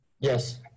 Yes